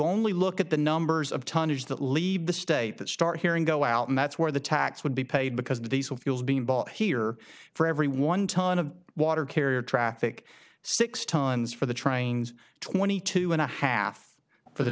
only look at the numbers of tonnage that leave the state that start hearing go out and that's where the tax would be paid because the diesel fuel is being bought here for every one ton of water carrier traffic six tons for the trains twenty two and a half for the